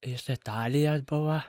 iš italijos buvo